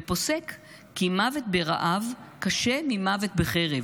ופוסק כי מוות ברעב קשה ממוות בחרב,